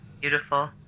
beautiful